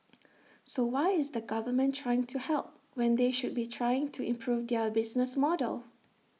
so why is the government trying to help when they should be trying to improve their business model